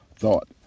thought